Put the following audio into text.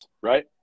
right